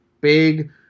big